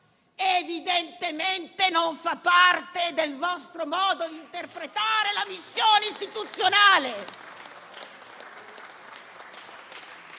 evidentemente non fa parte del vostro modo di interpretare la missione istituzionale